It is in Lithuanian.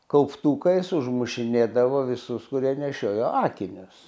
kauptukais užmušinėdavo visus kurie nešiojo akinius